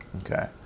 okay